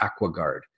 Aquaguard